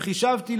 וחישבתי.